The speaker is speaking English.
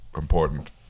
important